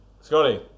Scotty